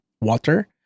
water